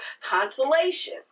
consolation